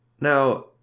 Now